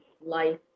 life